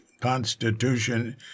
constitution